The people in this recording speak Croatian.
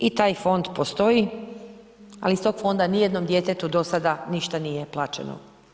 I taj fond postoji ali iz tog fonda ni jednom djetetu do sada ništa nije plaćeno.